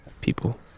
people